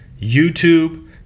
YouTube